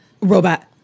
robot